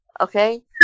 okay